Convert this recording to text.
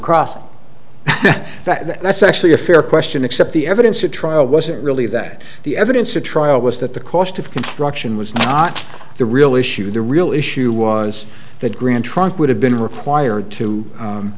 cross that's actually a fair question except the evidence at trial wasn't really that the evidence at trial was that the cost of construction was not the real issue the real issue was that grand trunk would have been required to